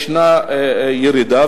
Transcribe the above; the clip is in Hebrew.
ישנה ירידה,